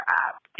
app